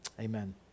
Amen